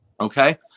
Okay